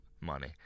money